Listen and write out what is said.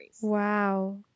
Wow